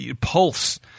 pulse